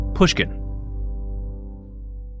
Pushkin